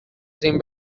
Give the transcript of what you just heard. zein